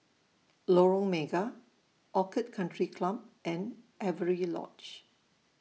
Lorong Mega Orchid Country Club and Avery Lodge